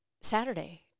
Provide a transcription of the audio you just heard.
saturday